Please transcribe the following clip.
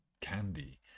candy